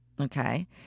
okay